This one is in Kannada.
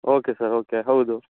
ಓಕೆ ಸರ್ ಓಕೆ ಹೌದು